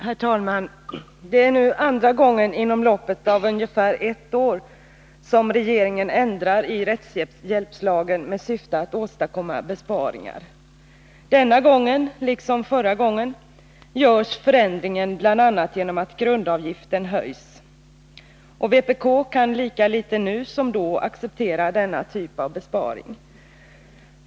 Herr talman! Det är nu andra gången inom loppet av ungefär ett år som regeringen ändrar i rättshjälpslagen med syftet att åstadkomma besparingar. Denna gång, liksom förra gången, görs förändringen bl.a. genom att grundavgiften höjs. Vpk kan lika litet nu som då acceptera denna typ av besparing.